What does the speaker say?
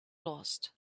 lost